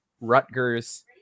Rutgers